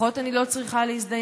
לפחות אני לא צריכה להזדיין.